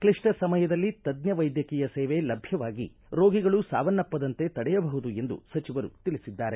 ಕ್ರಿಪ್ಲ ಸಮಯದಲ್ಲಿ ತಜ್ಞ ವೈದ್ಯಕೀಯ ಸೇವೆ ಲಭ್ಯವಾಗಿ ರೋಗಿಗಳು ಸಾವನ್ನಪ್ಪದಂತೆ ತಡೆಯಬಹುದು ಎಂದು ಸಚಿವರು ತಿಳಿಸಿದ್ದಾರೆ